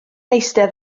eistedd